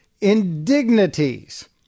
indignities